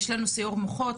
יש לנו סיעור מוחות,